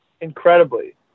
Incredibly